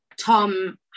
Tom